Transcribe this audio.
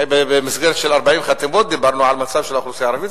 במסגרת של 40 חתימות דיברנו על מצב האוכלוסייה הערבית,